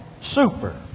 Super